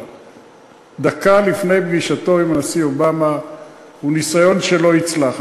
דקה לפני פגישתו עם הנשיא אובמה הוא ניסיון שלא יצלח.